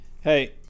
Hey